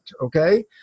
Okay